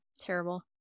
Terrible